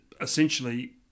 essentially